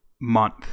month